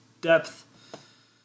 depth